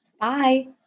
Bye